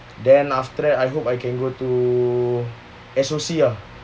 then after that I hope I can go to S_O_C ah